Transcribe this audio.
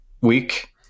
week